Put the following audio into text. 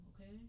Okay